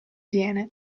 viene